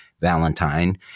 Valentine